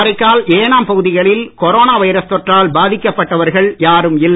காரைக்கால் ஏனாம் பகுதிகளில் corona virus தொற்றால் பாதிக்கப்பட்டவர்கள் யாரும் இல்லை